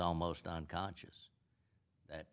almost unconscious that